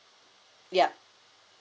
ya